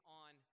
on